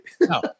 No